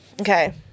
Okay